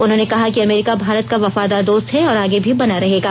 उन्होंने कहा कि अमेरिका भारत का वफादार दोस्त है और आगे भी बना रहेगा